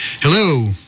Hello